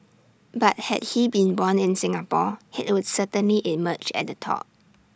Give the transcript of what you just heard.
but had he been born in Singapore he would certainly emerge at the top